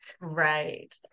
right